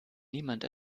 niemand